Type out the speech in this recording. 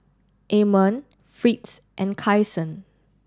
Amon Fritz and Kyson